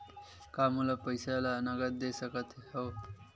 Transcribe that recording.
का मोला पईसा ला नगद दे सकत हव?